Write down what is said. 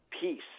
peace